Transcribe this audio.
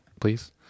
please